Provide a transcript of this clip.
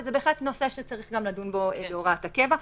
וזה בהחלט נושא שצריך לדון בו בהוראת הקבע.